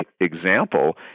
example